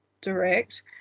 direct